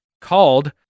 called